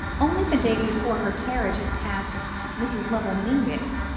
only the day before, her carriage had passed mrs. lovell mingott's,